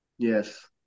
Yes